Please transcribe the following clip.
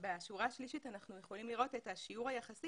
ובשורה השלישית אנחנו יכולים לראות את השיעור היחסי